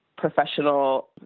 professional